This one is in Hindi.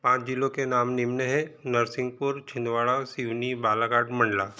पाँच जिलों के नाम निम्न हैं नरसिंगपुर छिंदवाड़ा सिवनी बालाघाट मंडला